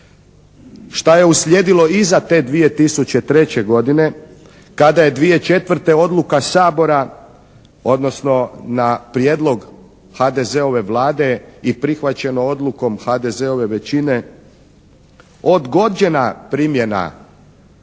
Šta je uslijedilo iza te 2003. godine kada je 2004. odluka Sabora, odnosno na prijedlog HDZ-ove Vlade i prihvaćeno odlukom HDZ-ove većine, odgođena primjena